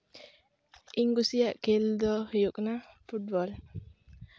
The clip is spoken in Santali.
ᱤᱧ ᱠᱩᱥᱤᱭᱟᱜ ᱠᱷᱮᱞ ᱫᱚ ᱦᱩᱭᱩᱜ ᱠᱟᱱᱟ ᱯᱷᱩᱴᱵᱚᱞ